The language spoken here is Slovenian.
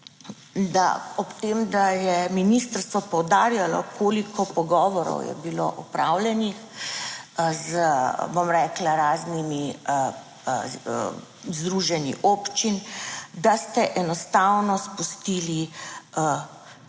ob tem, da je ministrstvo poudarjalo koliko pogovorov je bilo opravljenih z, bom rekla, raznimi združenji občin, da ste enostavno spustili